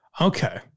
Okay